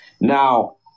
Now